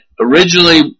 originally